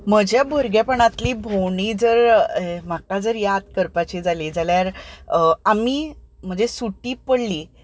म्हज्या भुरगेपणांतली भोंवडी जर म्हाका याद करपाची जाली जाल्यार आमी म्हणजे सुटी पडली